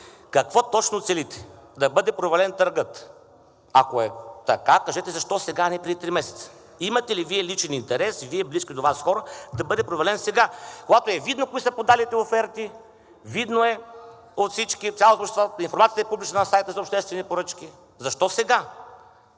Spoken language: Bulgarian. какво точно целите – да бъде провален търгът. Ако е така, кажете защо сега, а не преди три месеца? Имате ли Вие личен интерес и близки до Вас хора да бъде провален сега, когато е видно кои са подалите оферти, видно е от всички, цялото общество, информацията е публична на сайта за обществени поръчки? Защо сега?